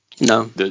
No